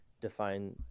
define